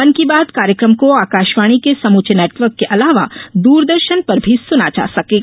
मन की बात कार्यक्रम को आकाशवाणी के समूचे नेटवर्क के अलावा दूरदर्शन पर भी सुना जा सकेगा